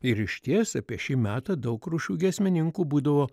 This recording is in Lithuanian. ir išties apie šį metą daug rūšių giesmininkų būdavo